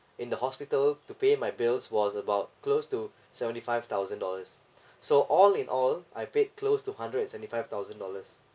in the hospital to pay my bills was about close to seventy five thousand dollars so all in all I paid close to hundred and seventy five thousand dollars